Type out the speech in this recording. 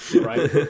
right